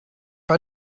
why